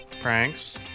Pranks